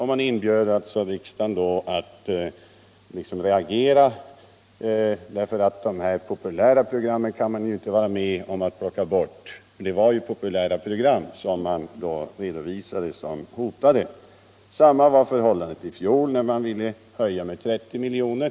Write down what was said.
Man inbjöd alltså riksdagen att ”reagera”, därför att sådana här populära program kan man naturligtvis inte vara med om att plocka bort. Det var nämligen populära program som man redovisade såsom hotade. Detsamma var förhållandet i fjol när man ville höja med 30 miljoner.